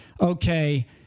okay